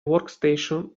workstation